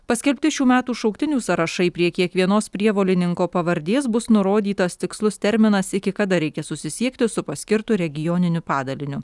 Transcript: paskelbti šių metų šauktinių sąrašai prie kiekvienos prievolininko pavardės bus nurodytas tikslus terminas iki kada reikia susisiekti su paskirtu regioniniu padaliniu